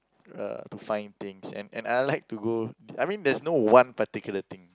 uh to find things and and I I like to go I mean there's no one particular thing